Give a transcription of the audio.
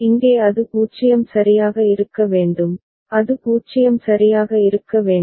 இங்கே அது 0 சரியாக இருக்க வேண்டும் அது 0 சரியாக இருக்க வேண்டும்